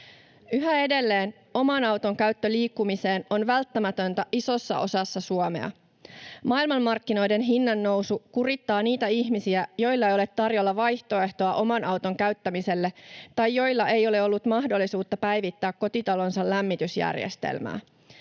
Yhä edelleen oman auton käyttö liikkumiseen on välttämätöntä isossa osassa Suomea. Maailmanmarkkinoiden hinnannousu kurittaa niitä ihmisiä, joilla ei ole tarjolla vaihtoehtoa oman auton käyttämiselle tai joilla ei ole ollut mahdollisuutta päivittää kotitalonsa lämmitysjärjestelmää.